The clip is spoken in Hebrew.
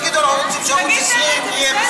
תגידו: אנחנו רוצים שערוץ 20 יהיה,